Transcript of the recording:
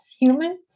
humans